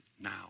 now